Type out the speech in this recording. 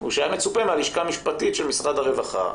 שמצופה מהלשכה המשפטית של משרד הרווחה,